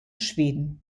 schweden